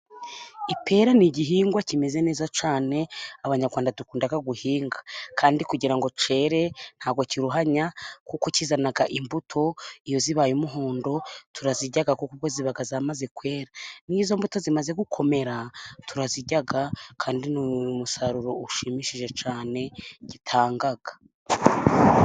Ipera ni igihingwa kimeze neza cyane abanyarwanda dukunda guhinga, kandi kugira ngo kere ntikiruhanya kuko kizana imbuto, iyo zibaye umuhondo turazirya kuko ziba zamaze kwera. Iyo izo mbuto zimaze gukomera turazirya kandi ni umusaruro ushimishije cyane gitanga.